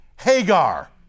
Hagar